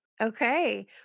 Okay